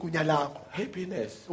Happiness